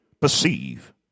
perceive